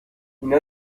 اینا